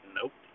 Nope